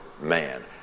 man